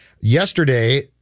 Yesterday